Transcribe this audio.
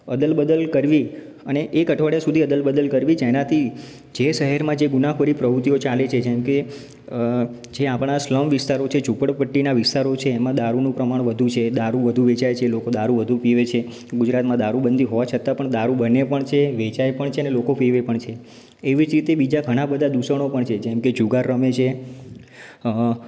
અદલ બદલ કરવી અને એક અઠવાડિયા સુધી અદલ બદલ કરવી જેનાથી જે શહેરમાં જે ગુનાખોરી પ્રવૃત્તિઓ ચાલે છે જેમ કે જે આપણા સ્લમ વિસ્તારો છે ઝુંપડપટ્ટીના વિસ્તારો છે એમાં દારૂનું પ્રમાણ વધુ છે દારૂ વધુ વેચાય છે લોકો દારૂ વધુ પીવે છે ગુજરાતમાં દારૂબંધી હોવા છતાં પણ દારૂ બને પણ છે વેચાય પણ છે અને લોકો પીવે પણ છે એવી જ રીતે ઘણાં બીજા પણ દૂષણો પણ છે જેમ કે જુગાર રમે છે અ